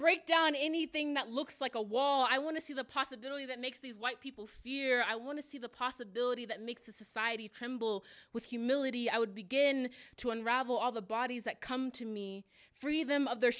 break down anything that looks like a wall i want to see the possibility that makes these white people fear i want to see the possibility that makes a society tremble with humility i would begin to unravel all the bodies that come to me free them of their